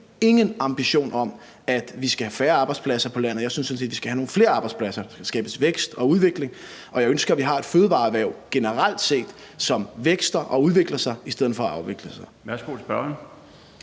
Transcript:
ingen – ingen – ambition om, at vi skal have færre arbejdspladser på landet. Jeg synes sådan set, vi skal have nogle flere arbejdspladser, og at der skal skabes vækst og udvikling, og jeg ønsker, at vi har et fødevareerhverv generelt set, som vækster og udvikler sig, i stedet for at det afvikles.